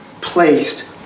placed